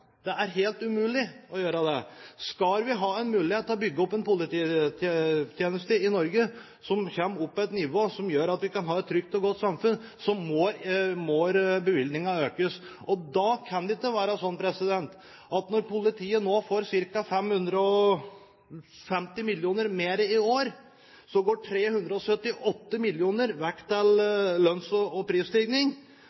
Det er helt umulig å gjøre det. Skal vi ha en mulighet til å bygge opp en polititjeneste i Norge til et nivå som gjør at vi kan ha et trygt og godt samfunn, må bevilgningen økes. Da kan det ikke være sånn at når politiet nå får ca. 550 mill. kr mer i år, går 378 mill. kr vekk til